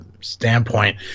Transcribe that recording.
standpoint